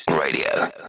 Radio